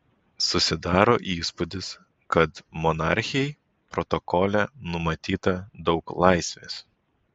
susidaro įspūdis kad monarchei protokole numatyta daug laisvės